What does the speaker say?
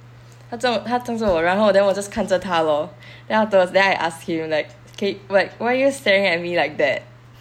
他瞪他瞪着我然后我 just 看着他 lor then afterwards then I asked him like okay wha~ why are you staring at me like that